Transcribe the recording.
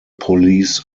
police